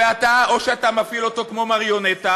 ואתה, או שאתה מפעיל אותו כמו מריונטה,